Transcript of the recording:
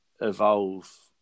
evolve